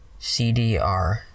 CDR